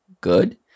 good